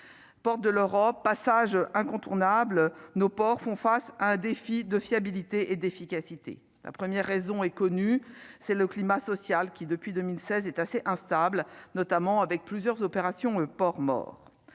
porte de l'Europe, passage incontournable nos ports font face à un défi de fiabilité et d'efficacité, la première raison est connue, c'est le climat social qui, depuis 2016 est assez instable, notamment avec plusieurs opérations porcs morts